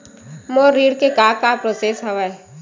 मोर ऋण के का का प्रोसेस हवय?